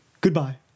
Goodbye